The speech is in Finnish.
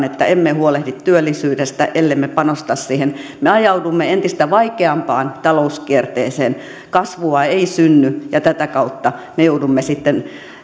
että emme huolehdi työllisyydestä ellemme panosta siihen me ajaudumme entistä vaikeampaan talouskierteeseen kasvua ei synny ja tätä kautta me joudumme sitten